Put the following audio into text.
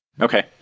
Okay